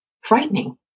frightening